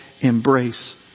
embrace